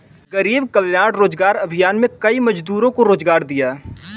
गरीब कल्याण रोजगार अभियान में कई मजदूरों को रोजगार दिया